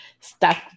stuck